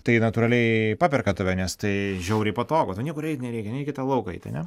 tai natūraliai paperka tave nes tai žiauriai patogu tau niekur eit nereikia nereikia tau į lauką eit ane